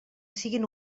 siguin